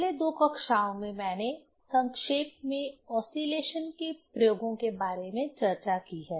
पिछले दो कक्षाओं में मैंने संक्षेप में ओसीलेशन के प्रयोगों के बारे में चर्चा की है